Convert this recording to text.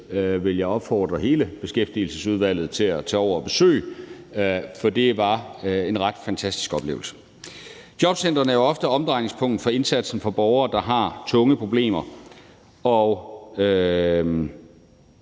vil opfordre hele Beskæftigelsesudvalget til at tage over og besøge dem. For det var en ret fantastisk oplevelse. Jobcentrene er jo ofte omdrejningspunktet for indsatsen for borgere, der har tunge problemer, og